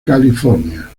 california